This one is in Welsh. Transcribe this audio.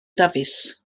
dafis